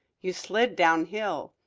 you slid down hill.